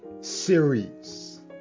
series